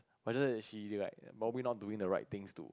but is that she like probably not doing the right things to